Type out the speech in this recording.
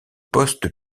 postes